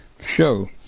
show